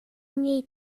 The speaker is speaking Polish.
niej